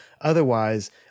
otherwise